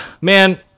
man